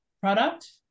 product